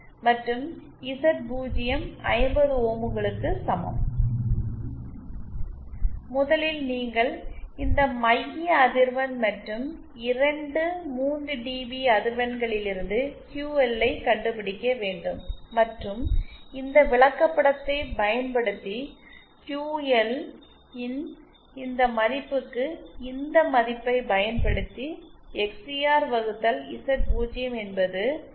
மற்றும் இசட் 0 50 ஓம்களுக்கு சமம் முதலில் நீங்கள் இந்த மைய அதிர்வெண் மற்றும் இரண்டு 3dB அதிர்வெண்களிலிருந்து கியூஎல் ஐக் கண்டுபிடிக்க வேண்டும் மற்றும் இந்த விளக்கப்படத்தைப் பயன்படுத்தி கியூஎல் இன் இந்த மதிப்புக்கு இந்த மதிப்பைப் பயன்படுத்தி எக்ஸ்சிஆர் வகுத்தல் இசட் 0 என்பது 5